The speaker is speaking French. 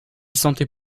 sentait